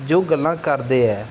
ਜੋ ਗੱਲਾਂ ਕਰਦੇ ਹੈ